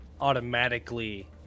automatically